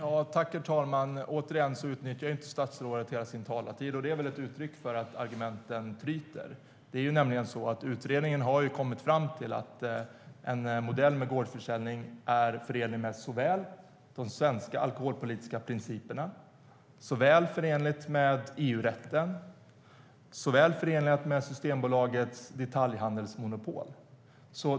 Herr talman! Återigen utnyttjar statsrådet inte hela sin talartid. Det är väl ett uttryck för att argumenten tryter. Utredningen har kommit fram till att en modell med gårdsförsäljning är förenlig med såväl de svenska alkoholpolitiska principerna, EU-rätten som Systembolagets detaljhandelsmonopol.